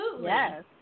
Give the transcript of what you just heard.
Yes